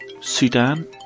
Sudan